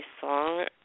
song